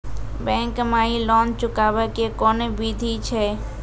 Bank माई loan चुकाबे के कोन बिधि छै?